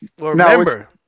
Remember